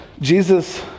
Jesus